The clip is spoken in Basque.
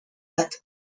bat